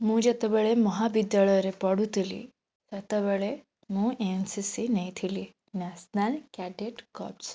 ମୁଁ ଯେତେବେଳେ ମହାବିଦ୍ୟାଳୟରେ ପଢୁଥିଲି ସେତେବେଳେ ମୁଁ ଏନ୍ସିସି ନେଇଥିଲି ନ୍ୟାସ୍ନାଲ୍ କ୍ରାଡ଼େଟ୍ କର୍ପସ୍